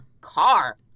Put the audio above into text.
car